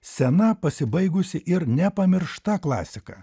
sena pasibaigusi ir nepamiršta klasika